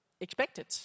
expected